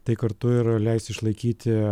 tai kartu ir leis išlaikyti